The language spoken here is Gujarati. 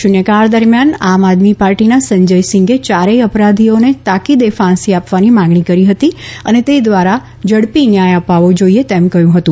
શૂન્યકાળ દરમિયાન આમ આદમી પાર્ટીના સંજયસિંઘે યારેય અપરાધીઓને તાકીદે ફાંસી આપવાની માગણી કરી હતી અને તે દ્વારા ઝડપી ન્યાય અપાવો જોઇએ તેમ કહ્યુ હતું